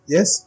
Yes